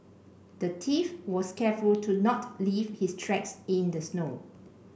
the thief was careful to not leave his tracks in the snow